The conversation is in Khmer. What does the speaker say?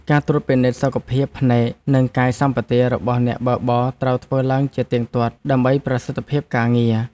ការត្រួតពិនិត្យសុខភាពភ្នែក និងកាយសម្បទារបស់អ្នកបើកបរត្រូវធ្វើឡើងជាទៀងទាត់ ដើម្បីប្រសិទ្ធភាពការងារ។